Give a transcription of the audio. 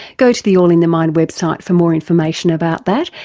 go to the all in the mind website for more information about that,